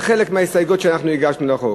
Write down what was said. חלק מההסתייגויות שאנחנו הגשנו לחוק.